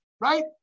right